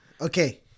Okay